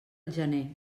gener